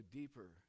deeper